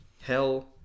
Hell